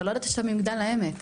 אבל לא ידעתי שאתה ממגדל העמק.